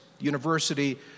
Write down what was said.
university